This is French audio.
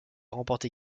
remporté